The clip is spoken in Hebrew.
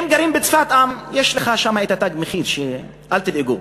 אם גרים בצפת, יש לך שם "תג מחיר" אל תדאגו,